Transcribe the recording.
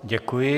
Děkuji.